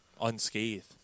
unscathed